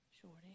Shorty